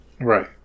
right